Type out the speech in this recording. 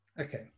Okay